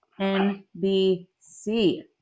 NBC